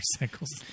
motorcycles